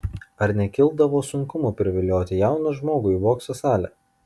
ar nekildavo sunkumų privilioti jauną žmogų į bokso salę